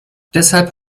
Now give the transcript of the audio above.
deshalb